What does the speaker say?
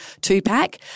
two-pack